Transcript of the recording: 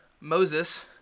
Moses